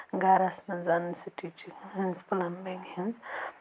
گَرَس منٛز سِٹیٖچ ہِنٛز پٕلَمبِنٛگ ہنٛز